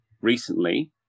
recently